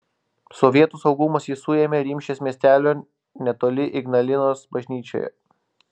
sovietų saugumas jį suėmė rimšės miestelio netoli ignalinos bažnyčioje